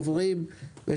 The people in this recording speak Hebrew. יש בדלתון, יש